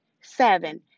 seven